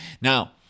Now